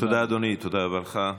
תודה רבה,